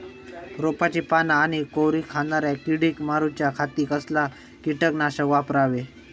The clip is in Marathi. रोपाची पाना आनी कोवरी खाणाऱ्या किडीक मारूच्या खाती कसला किटकनाशक वापरावे?